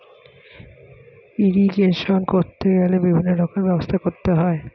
irrigation করতে গেলে বিভিন্ন রকমের ব্যবস্থা করতে হয়